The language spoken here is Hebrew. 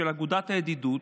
של אגודת הידידות.